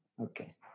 Okay